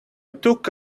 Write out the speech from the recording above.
took